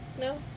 No